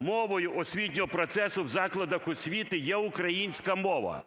"Мовою освітнього процесу в закладах освіти є українська мова".